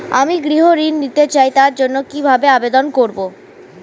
আমি গৃহ ঋণ নিতে চাই তার জন্য কিভাবে আবেদন করব?